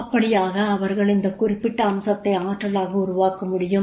அப்படியாக அவர்கள் இந்த குறிப்பிட்ட அம்சத்தை ஆற்றலாக உருவாக்க முடியும்